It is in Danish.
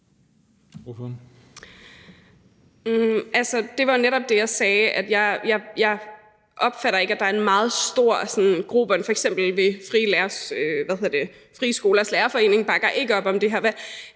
Det var jo netop det, jeg sagde. Jeg opfatter ikke, at der er en sådan meget stor grobund. F.eks. bakker Frie Skolers Lærerforening ikke op om det her.